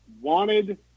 wanted